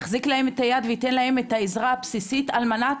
יחזיק להם את היד ויתן להם את העזרה הבסיסית על מנת